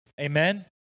Amen